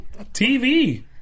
TV